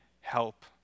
help